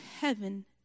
heaven